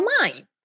mind